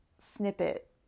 snippet